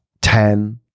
ten